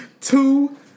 two